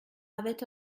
avait